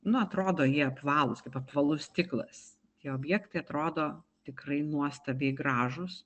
nu atrodo jie apvalūs apvalus stiklas tie objektai atrodo tikrai nuostabiai gražūs